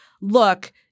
look